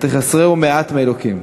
"ותחסרהו מעט מאלוקים".